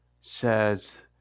says